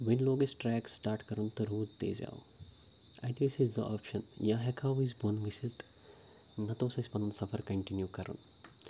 وۄنۍ لوگ اَسہِ ٹرٛیک سٹاٹ کَرُن تہ روٗد تیزیٛاو اَتہِ ٲسۍ اَسہِ زٕ آپشَن یا ہٮ۪کہٕ ہَاو أسۍ بۄن ؤسِتھ نَتہٕ اوس اَسہِ پَنُن سفر کَنٹِنیوٗ کَرُن